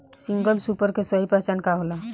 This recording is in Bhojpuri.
सिंगल सूपर के सही पहचान का होला?